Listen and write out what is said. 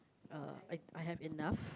uh I I have enough